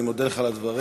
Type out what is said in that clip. אני מודה לך על הדברים.